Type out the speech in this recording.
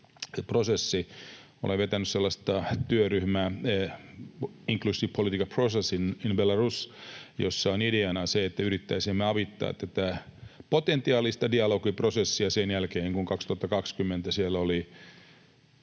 Olen vetänyt sellaista työryhmää kuin ”inclusive political process in Belarus”, jossa on ideana se, että yrittäisimme avittaa tätä potentiaalista dialogiprosessia sen jälkeen, kun 2020 siellä oli